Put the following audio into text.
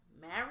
married